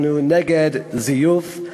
אנחנו נגד זיוף,